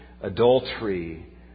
adultery